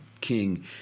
king